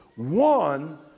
One